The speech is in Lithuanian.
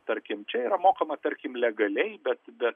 tarkim čia yra mokama tarkim legaliai bet bet